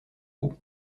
beau